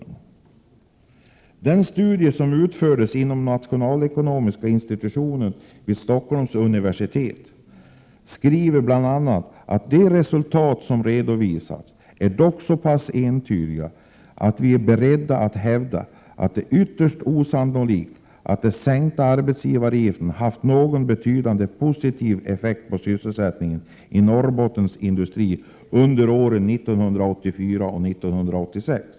I den studie som utförts inom nationalekonomiska institutionen vid Stockholms universitet framhålls bl.a.: De resultat som redovisats är dock så pass entydiga att vi är beredda att hävda att det är ytterst osannolikt att den sänkta arbetsgivaravgiften haft någon betydande positiv effekt på sysselsättningen i Norrbottens industri under åren 1984—1986.